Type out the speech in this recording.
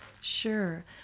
Sure